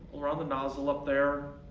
around the nozzle up there.